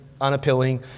unappealing